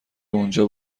اونجا